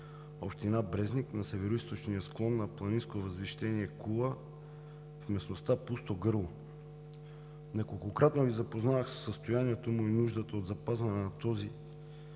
община Брезник, на североизточния склон на планинско възвишение „Кула“ в местността „Пусто гърло“. Неколкократно Ви запознавах със състоянието му и за нуждата от запазване на този